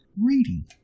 Reading